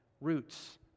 roots